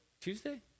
Tuesday